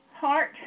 Heart